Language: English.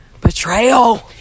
Betrayal